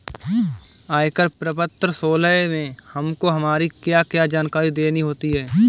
आयकर प्रपत्र सोलह में हमको हमारी क्या क्या जानकारी देनी होती है?